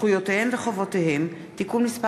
זכויותיהם וחובותיהם (תיקון מס'